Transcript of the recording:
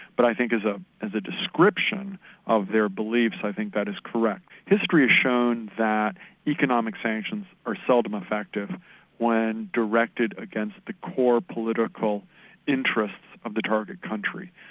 but i think ah as a description of their beliefs, i think that is correct. history has shown that economic sanctions are seldom effective when directed against the core political interests of the target country,